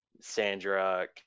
Sandra